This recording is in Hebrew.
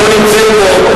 שלא נמצאת פה.